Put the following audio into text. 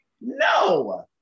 No